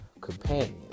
companion